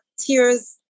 tears